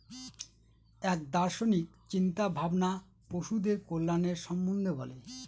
এক দার্শনিক চিন্তা ভাবনা পশুদের কল্যাণের সম্বন্ধে বলে